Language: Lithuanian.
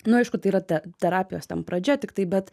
nu aišku tai yra te terapijos ten pradžia tiktai bet